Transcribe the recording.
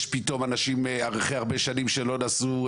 יש אנשים שאחרי הרבה שנים שלא נסעו או